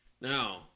Now